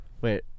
Wait